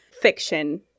fiction